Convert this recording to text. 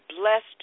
blessed